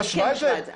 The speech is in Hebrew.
אני משווה את זה.